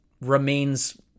remains